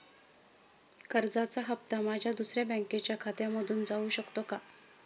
कर्जाचा हप्ता माझ्या दुसऱ्या बँकेच्या खात्यामधून जाऊ शकतो का?